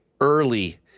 early